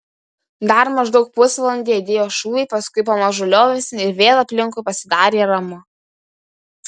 dar maždaug pusvalandį aidėjo šūviai paskui pamažu liovėsi ir vėl aplinkui pasidarė ramu